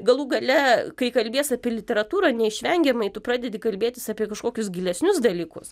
galų gale kai kalbies apie literatūrą neišvengiamai tu pradedi kalbėtis apie kažkokius gilesnius dalykus